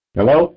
Hello